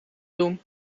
doen